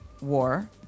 war